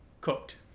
cooked